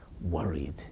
worried